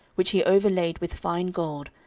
which he overlaid with fine gold,